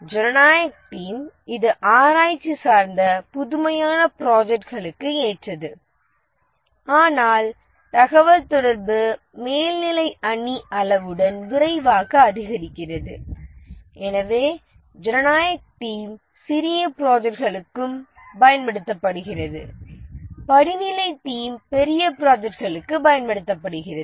ஜனநாயகக் டீம் இது ஆராய்ச்சி சார்ந்த புதுமையான ப்ராஜெக்ட்களுக்கு ஏற்றது ஆனால் தகவல்தொடர்பு மேல்நிலை அணி அளவுடன் விரைவாக அதிகரிக்கிறது எனவே ஜனநாயகக் டீம் சிறிய ப்ராஜெக்ட்களுக்கும் பயன்படுத்தப்படுகிறது படிநிலை டீம் பெரிய ப்ராஜெக்ட்களுக்கு பயன்படுத்தப்படுகிறது